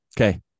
okay